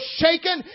shaken